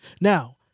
Now